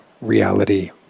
reality